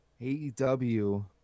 AEW